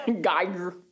Geiger